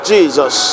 Jesus